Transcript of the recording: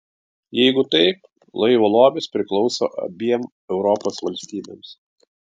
jeigu taip laivo lobis priklauso abiem europos valstybėms